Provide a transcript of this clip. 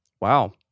wow